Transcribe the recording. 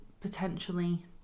potentially